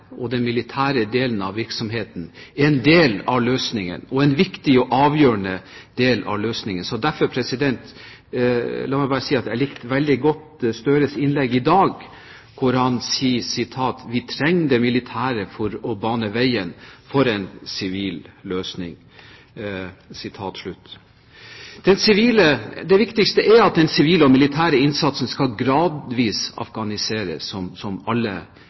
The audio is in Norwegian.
og den militære delen av virksomheten, er en del av løsningen, og en viktig og avgjørende del av løsningen. Så la meg si at jeg likte Gahr Støres innlegg i dag hvor han sier at «vi trenger de militære for å bane veien for den politiske løsningen». Det viktigste er at den sivile og militære innsatsen gradvis skal afghaniseres, som